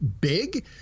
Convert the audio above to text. big